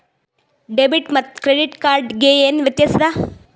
Debit ಮತ್ತ credit card ಗೆ ಏನ ವ್ಯತ್ಯಾಸ ಆದ?